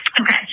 Okay